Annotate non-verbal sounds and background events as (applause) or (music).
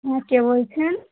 (unintelligible) কে বলছেন